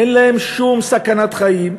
אין להם שום סכנת חיים.